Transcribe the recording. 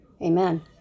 Amen